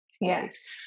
yes